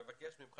אני מבקש ממך,